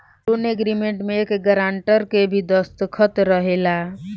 loan agreement में एक grantor के भी दस्तख़त रहेला